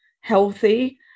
healthy